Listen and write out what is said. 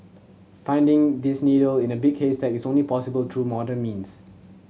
finding this needle in a big haystack is only possible through modern means